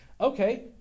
okay